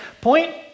point